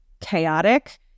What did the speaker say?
chaotic